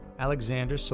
Alexander